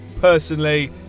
Personally